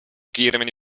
kiiremini